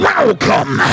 Welcome